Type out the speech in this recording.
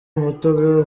umutobe